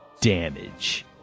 damage